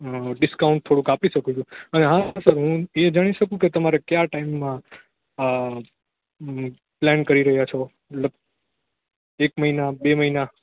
discount થોડુંક આપી શકું અને હા સર હું એ જાણી શકું કે તમારે કયા ટાઇમ માં પ્લેન કરી રહ્યા છો મતલબ એક મહિના બે મહિના